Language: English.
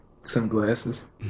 sunglasses